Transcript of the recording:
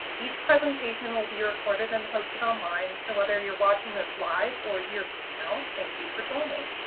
each presentation will be recorded and posted online, so whether you are watching this live or years from now thank you for joining.